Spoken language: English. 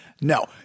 No